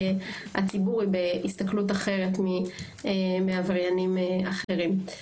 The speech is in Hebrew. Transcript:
הציבור היא בהסתכלות אחרת מעבריינים אחרים.